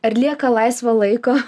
ar lieka laisvo laiko